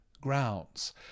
grounds